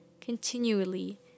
continually